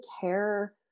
care